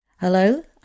Hello